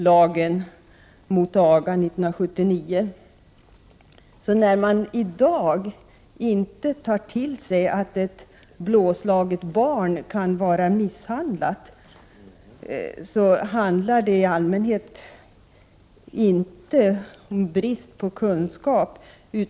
Lagen mot aga kom 1979. När man i dag inte fäster avseende vid att ett blåslaget barn kan vara misshandlat, handlar det i allmänhet inte om brist på kunskap.